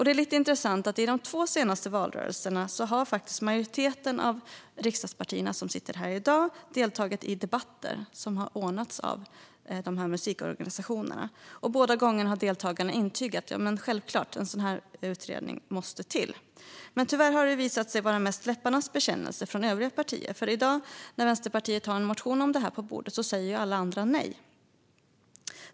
Det är lite intressant att i de två senaste valrörelserna har majoriteten av riksdagspartierna som sitter här i dag deltagit i debatter ordnade av de här musikorganisationerna. Båda gångerna har deltagarna intygat att det är självklart att en sådan här utredning måste göras. Men tyvärr har det visat sig vara mest läpparnas bekännelse från övriga partier, för i dag när Vänsterpartiet har en motion om det här på bordet säger alla andra nej.